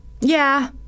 Yeah